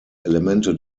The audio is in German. elemente